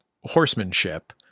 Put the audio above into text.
horsemanship